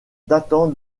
datant